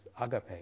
agape